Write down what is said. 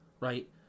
right